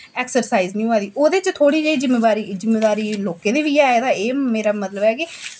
exercise निं होआ दी ओह्दे च थोह्ड़ी जेही बिम्मेबारी जिम्मेदारी लोकें दी बी ऐ ते मेरा मतलब ऐ के